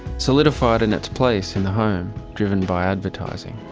solidified in its place in the home, driven by advertising.